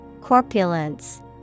Corpulence